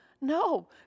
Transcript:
no